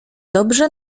dobrze